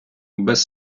без